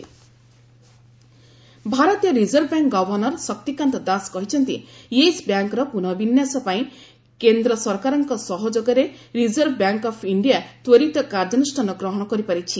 RBI governor press meet ଭାରତୀୟ reserve bank governor Shaktikanta Das କହିଛନ୍ତି Yes ବ୍ୟାଙ୍କ୍ର ପ୍ରନଃ ବିନ୍ୟାଶ ପାଇଁ କେନ୍ଦ୍ର ସରକାରଙ୍କ ସହଯୋଗରେ ରିଜର୍ଭ ବ୍ୟାଙ୍କ୍ ଅଫ୍ ଇଣ୍ଡିଆ ତ୍ୱରିତ କାର୍ଯ୍ୟାନୁଷ୍ଠାନ ଗ୍ରହଣ କରିପାରିଛି